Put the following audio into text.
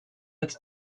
its